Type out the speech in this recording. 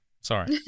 Sorry